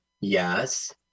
Yes